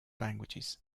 languages